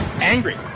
angry